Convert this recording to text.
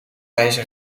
wijze